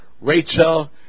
Rachel